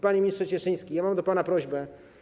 Panie ministrze Cieszyński, mam do pana prośbę.